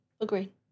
agree